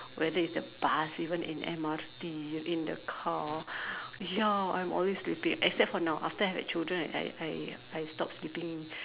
whether it's the bus even in the M_R_T in the car ya I'm always sleeping except for now after I had children I I I stop sleeping